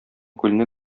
күлне